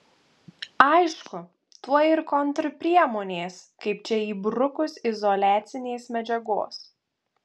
aišku tuoj ir kontrpriemonės kaip čia įbrukus izoliacinės medžiagos